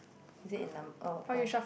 is it in number oh oh